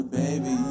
baby